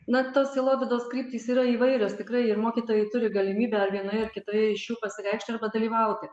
na tos sielovados kryptys yra įvairios tikrai ir mokytojai turi galimybę ar vienoje ar kitoje iš jų pasireikšti arba dalyvauti